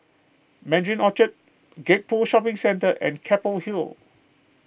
Mandarin Orchard Gek Poh Shopping Centre and Keppel Hill